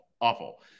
Awful